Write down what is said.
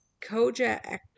Kojak